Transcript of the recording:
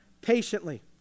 patiently